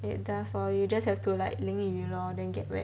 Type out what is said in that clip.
it does lor you just have to like 淋雨 lor then get wet